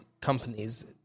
companies